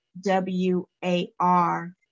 W-A-R